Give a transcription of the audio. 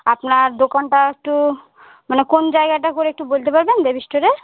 আপনার দোকানটা একটু মানে কোন জায়গাটা করে একটু বলতে পারবেন দেবী স্টোরের